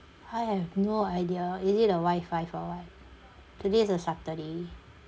I have no idea is it the wifi or what today is a saturday